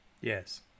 Yes